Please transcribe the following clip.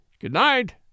Good-night